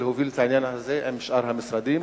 להוביל את העניין הזה עם שאר המשרדים,